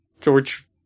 George